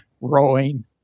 rowing